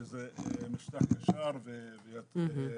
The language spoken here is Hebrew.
שזה משטח ישר ומוצק,